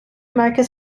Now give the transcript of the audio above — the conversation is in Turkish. merkez